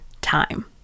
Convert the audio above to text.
time